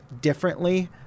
differently